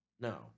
no